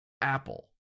Apple